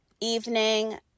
evening